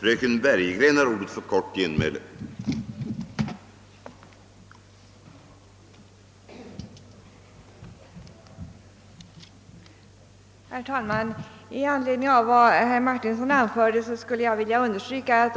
när den skriver sina anvisningar.